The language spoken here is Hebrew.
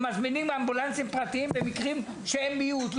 הם מזמינים אמבולנסים פרטיים במקרים של מיעוט,